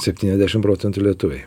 septyniasdešim procentų lietuviai